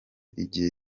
igihe